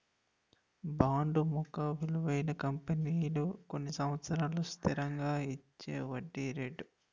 bond ముఖ విలువపై కంపెనీలు కొన్ని సంవత్సరాలకు స్థిరంగా ఇచ్చేవడ్డీ రేటు